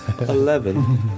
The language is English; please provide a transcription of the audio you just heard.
Eleven